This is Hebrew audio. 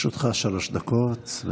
לרשותך שלוש דקות.